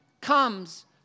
comes